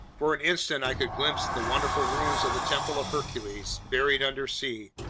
for an instant i could glimpse the wonderful ruins of the temple of hercules, buried undersea,